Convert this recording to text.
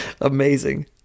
Amazing